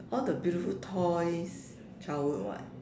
all the beautiful toys childhood [what]